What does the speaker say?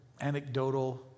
anecdotal